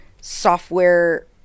software